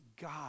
God